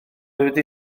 wedi